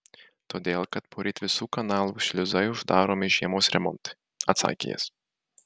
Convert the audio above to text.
todėl kad poryt visų kanalų šliuzai uždaromi žiemos remontui atsakė jis